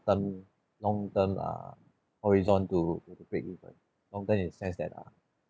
term long term err horizon to break even long term in the sense that uh